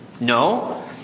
No